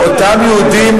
אתה חי בסרט.